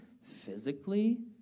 physically